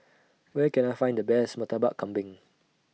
Where Can I Find The Best Murtabak Kambing